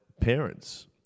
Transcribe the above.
parents